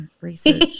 research